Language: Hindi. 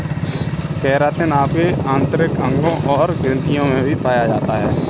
केरातिन आपके आंतरिक अंगों और ग्रंथियों में भी पाया जा सकता है